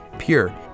pure